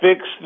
Fix